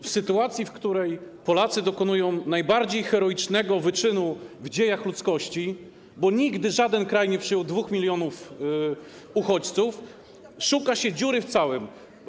W sytuacji, w której Polacy dokonują najbardziej heroicznego wyczynu w dziejach ludzkości, bo nigdy żaden kraj nie przyjął 2 mln uchodźców, szuka się dziury w całym.